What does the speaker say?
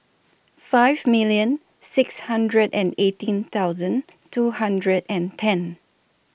five million six hundred and eighteen thousand two hundred and ten